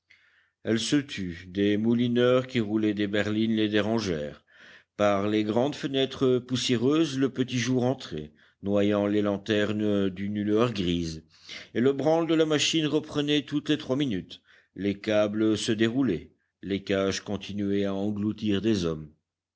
elle se tut des moulineurs qui roulaient des berlines les dérangèrent par les grandes fenêtres poussiéreuses le petit jour entrait noyant les lanternes d'une lueur grise et le branle de la machine reprenait toutes les trois minutes les câbles se déroulaient les cages continuaient à engloutir des hommes